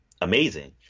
amazing